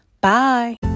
Bye